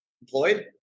employed